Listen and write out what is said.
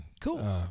Cool